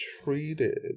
treated